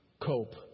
cope